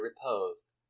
repose